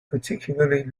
particularly